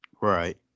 Right